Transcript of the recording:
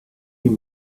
huit